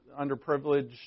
underprivileged